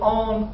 on